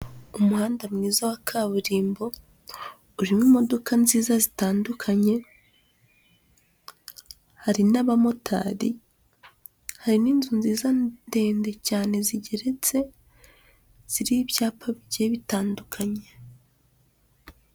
Umuhanda mwiza wa kaburimbo, urimo imodoka nziza zitandukanye, hari n'abamotari, hari n'inzu nziza ndende cyane zigeretse, ziriho ibyapa bigiye bitandukanye.